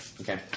Okay